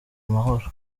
amahoro